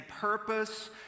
purpose